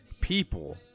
people